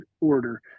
order